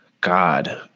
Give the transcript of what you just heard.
God